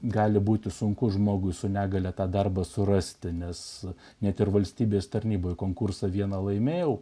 gali būti sunku žmogui su negalia tą darbą surasti nes net ir valstybės tarnyboje konkursą vieną laimėjau